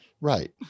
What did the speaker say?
right